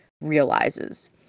realizes